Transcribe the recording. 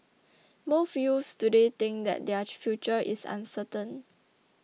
most youths today think that their future is uncertain